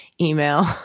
email